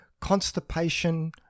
constipation